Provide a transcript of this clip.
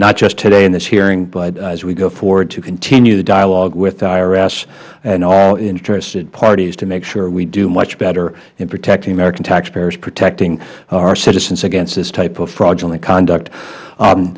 not just today in this hearing but as we go forward to continue the dialogue with the irs and all interested parties to make sure we do much better in protecting the american taxpayers protecting our citizens against this type of fraudulent conduct